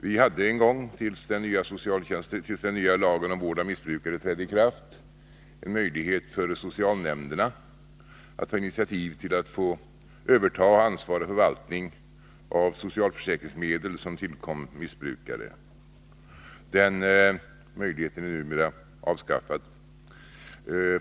Socialnämnderna hade tidigare, innan den nya lagen om vård av missbrukare trädde i kraft, möjlighet att ta initiativ för att få överta ansvar och förvaltning i fråga om socialförsäkringsmedel som tillkom missbrukare. Den möjligheten är numera avskaffad.